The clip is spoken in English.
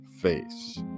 face